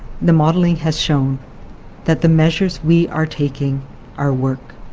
the modelling has shown that the measures we are taking are working.